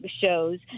shows